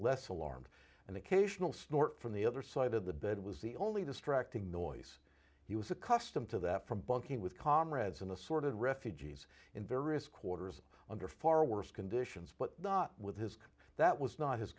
less alarmed an occasional snort from the other side of the bed was the only distracting noise he was accustomed to that from bunking with comrades and assorted refugees in various quarters under far worse conditions but not with his that was not his